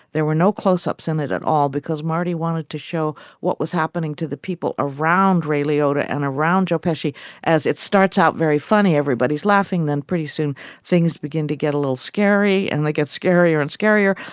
there were no close ups in it at all because marty wanted to show what was happening to the people around ray liotta and around joe pesci as it starts out, very funny. everybody's laughing. then pretty soon things begin to get a little scary and like get scarier and scarier.